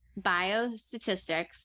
biostatistics